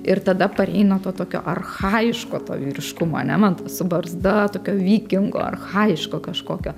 ir tada pareina to tokio archajiško to vyriškumo ane man su barzda tokio vikingo archajiško kažkokio